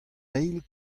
eil